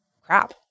crap